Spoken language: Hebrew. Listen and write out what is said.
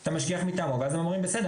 את המשגיח מטעמו ואז הם אומרים: בסדר,